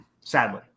sadly